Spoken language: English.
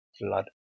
Blood